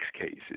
cases